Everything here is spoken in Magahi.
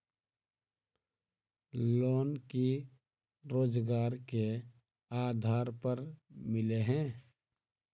लोन की रोजगार के आधार पर मिले है?